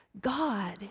God